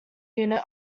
unit